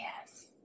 yes